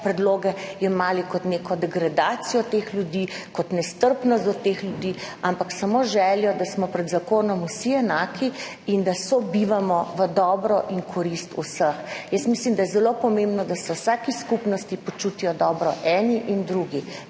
predloge jemali kot neko degradacijo teh ljudi, kot nestrpnost do teh ljudi, ampak samo željo, da smo pred zakonom vsi enaki in da sobivamo v dobro in korist vseh. Jaz mislim, da je zelo pomembno, da se v vsaki skupnosti počutijo dobro eni in drugi.